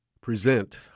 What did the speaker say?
present